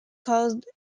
called